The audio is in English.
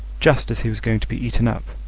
just as he was going to be eaten up,